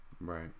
right